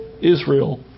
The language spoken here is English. Israel